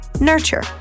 Nurture